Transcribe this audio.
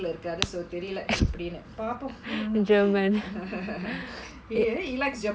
இருக்காரு:irukaaru so தெரியல பாப்போம் எப்படினு:theriyala paapom eppadinu he likes german